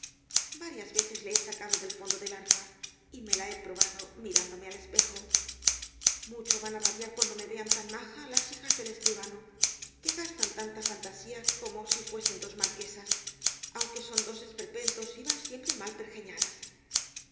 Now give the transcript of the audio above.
varias veces la he sacado del fondo del arca y me la he probado mirándome al espejo mucho van á rabiar cuan do me vean tan maja las hijas del escribano que gastan tanta fantasía como si fueran dos marque sas aunque son dos esperpentos y van siempre mal pergeñadas